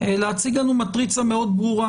להציג לנו מטריצה מאוד ברורה,